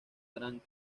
grand